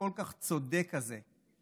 הצודק כל כך הזה,